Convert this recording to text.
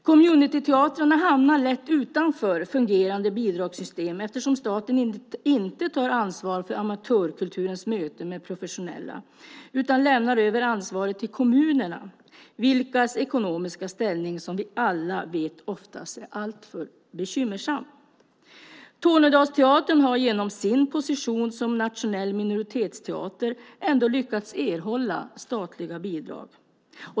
Communityteatrarna hamnar lätt utanför fungerande bidragssystem, eftersom staten inte tar ansvar för amatörkulturens möte med professionella utan lämnar över ansvaret till kommunerna vilkas ekonomiska ställning, som vi alla vet, oftast är alltför bekymmersam. Tornedalsteatern har genom sin position som nationell minoritetsteater ändå lyckats erhålla statliga bidrag.